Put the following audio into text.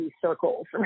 circles